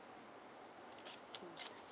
mm